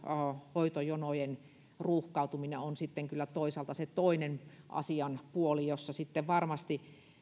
hoitojonojen ruuhkautuminen on kyllä toisaalta se asian toinen puoli jolta osin varmasti